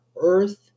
earth